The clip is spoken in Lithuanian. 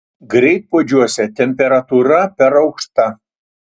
greitpuodžiuose temperatūra per aukšta